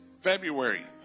February